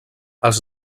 els